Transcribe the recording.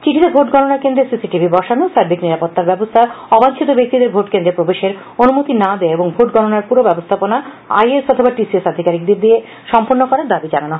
চিঠিতে ভোট গণনা কেন্দ্রে সি সি টিভি বসানো সার্বিক নিরাপত্তার ব্যবস্থা অবাখিত ব্যক্তিদের ভোট কেন্দ্রে প্রবেশের অনুমতি না দেওয়া এবং ভোট গণনার পুরো ব্যবস্থাপনা আই এ এস অথবা টি সি এস আধিকারিকদের দিয়ে সম্পন্ন করার দাবি জানানো হয়